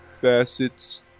facets